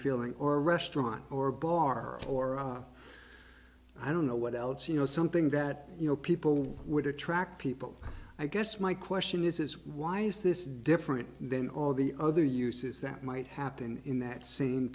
feeling or restaurant or bar or i don't know what else you know something that you know people would attract people i guess my question is why is this different than all the other uses that might happen in that s